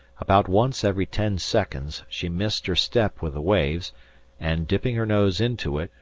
about once every ten seconds she missed her step with the waves and, dipping her nose into it,